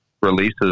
releases